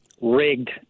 rigged